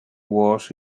was